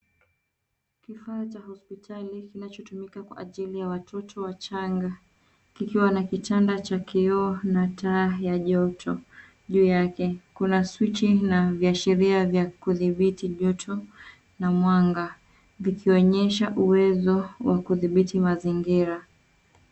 Kifaa Cha hospitali kinachotumika Kwa ajili ya watoto Wachanga kikiwa na kitamda Cha kioo na taa ya joto, juu yake Kuna swiji na viashiria vya kutibiti choto na mwanga vikionyesha uwezo wa kithibiti mazingira